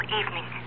evening